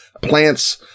plants